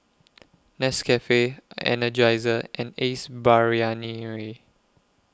Nescafe Energizer and Ace Brainery